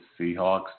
Seahawks